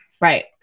Right